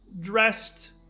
dressed